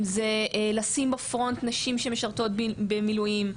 אם זה לשים בפרונט נשים שמשרתות במילואים,